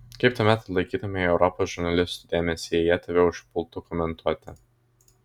kaip tuomet atlaikytumei europos žurnalistų dėmesį jei jie tave užpultų komentuoti